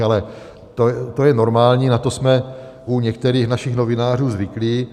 Ale to je normální, na to jsme u některých našich novinářů zvyklí.